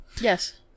yes